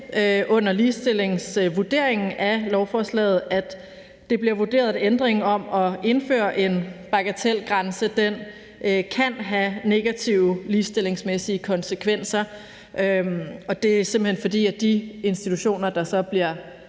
under ligestillingsvurderingen af lovforslaget, at ændringen om at indføre en bagatelgrænse kan have negative ligestillingsmæssige konsekvenser, og det er simpelt hen, fordi de institutioner, der bliver